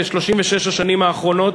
ב-36 השנים האחרונות,